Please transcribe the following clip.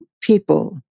people